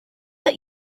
that